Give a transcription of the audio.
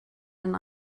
and